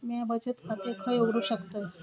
म्या बचत खाते खय उघडू शकतय?